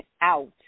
out